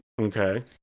Okay